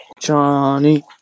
Johnny